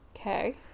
okay